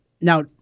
Now